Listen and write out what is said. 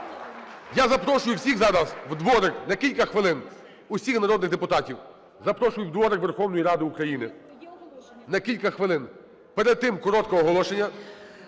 Я запрошую всіх зараз у дворик на кілька хвилин, усіх народних депутатів, запрошую у дворик Верховної Ради України на кілька хвилин. Перед тим коротке оголошення.